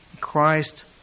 Christ